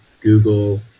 google